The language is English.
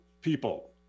people